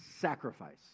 sacrifice